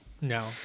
No